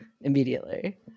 immediately